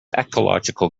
ecological